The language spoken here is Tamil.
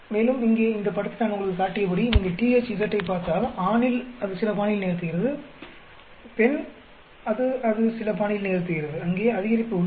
மேலும் இங்கே இந்த படத்தில் நான் உங்களுக்குக் காட்டியபடி நீங்கள் THZ ஐப் பார்த்தால் ஆணில் அது சில பாணியில் நிகழ்த்துகிறது பெண் அது அது சில பாணியில் நிகழ்த்துகிறது அங்கே அதிகரிப்பு உள்ளது